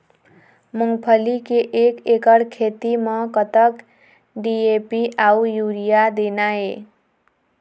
मूंगफली के एक एकड़ खेती म कतक डी.ए.पी अउ यूरिया देना ये?